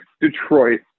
Detroit